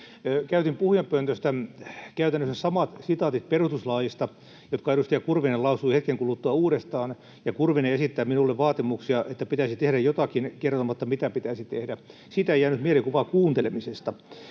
käytännössä samat sitaatit, jotka edustaja Kurvinen lausui hetken kuluttua uudestaan, ja Kurvinen esittää minulle vaatimuksia, että pitäisi tehdä jotakin, kertomatta, mitä pitäisi tehdä. Siitä ei jäänyt mielikuvaa kuuntelemisesta.